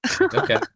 Okay